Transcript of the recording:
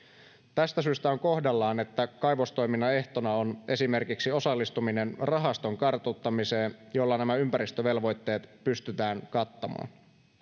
tästä syystä on kohdallaan että kaivostoiminnan ehtona on esimerkiksi osallistuminen rahaston kartuttamiseen jolla nämä ympäristövelvoitteet pystytään kattamaan